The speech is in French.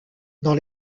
dans